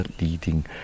leading